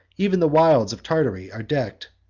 even the wilds of tartary are decked,